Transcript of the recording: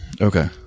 Okay